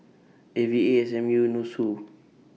A V A S M U Nussu